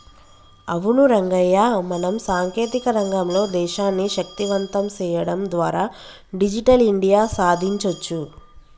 అవును రంగయ్య మనం సాంకేతిక రంగంలో దేశాన్ని శక్తివంతం సేయడం ద్వారా డిజిటల్ ఇండియా సాదించొచ్చు